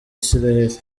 isiraheli